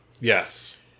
Yes